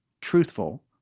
truthful